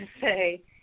say